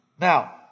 Now